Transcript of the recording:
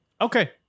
Okay